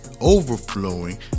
overflowing